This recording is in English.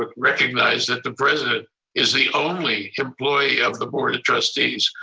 ah recognized that the president is the only employee of the board of trustees.